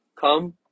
come